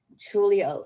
truly